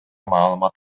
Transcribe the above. маалымат